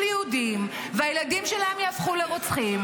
יהודים והילדים שלהם יהפכו לרוצחים,